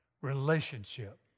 relationship